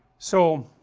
so,